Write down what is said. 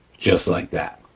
just like that.